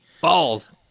Balls